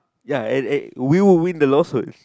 ya and and we will win the lawsuit